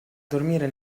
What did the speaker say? dormire